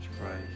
Christ